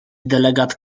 delegat